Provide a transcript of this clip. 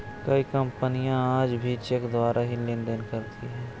कई कपनियाँ आज भी चेक द्वारा ही लेन देन करती हैं